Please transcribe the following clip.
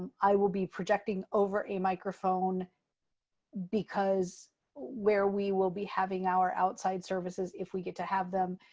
and i will be projecting over a microphone because where we will be having our outside services, if we get to have them,